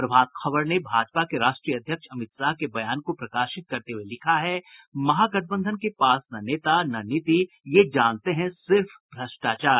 प्रभात खबर ने भाजपा के राष्ट्रीय अध्यक्ष अमित शाह के बयान को प्रकाशित करते हये लिखा है महागठबंधन के पास न नेता न नीति ये जानते हैं सिर्फ भ्रष्टाचार